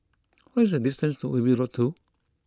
what is the distance to Ubi Road Two